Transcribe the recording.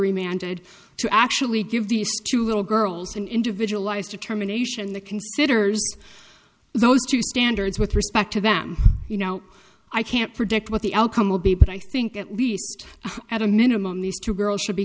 to actually give these two little girls an individualized determination that considers those two standards with respect to them you know i can't predict what the outcome will be but i think at least at a minimum these two girls